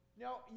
now